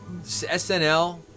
SNL